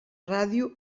ràdio